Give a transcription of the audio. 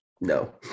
No